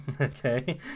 Okay